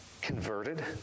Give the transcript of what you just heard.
converted